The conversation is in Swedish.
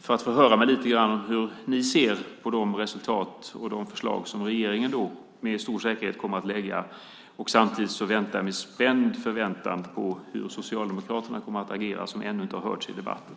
för att få höra lite grann hur ni ser på de resultat och de förslag som regeringen då med stor säkerhet kommer att lägga fram. Samtidigt väntar jag med spänd förväntan på hur Socialdemokraterna kommer att agera, som ännu inte har hörts i debatten.